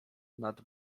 nad